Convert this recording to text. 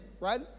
right